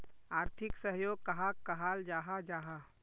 आर्थिक सहयोग कहाक कहाल जाहा जाहा?